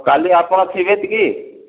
କାଲି ଆପଣ ଥିବେଟି କି